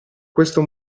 questo